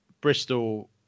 Bristol